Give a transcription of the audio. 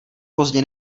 pozdě